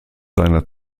seiner